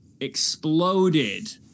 exploded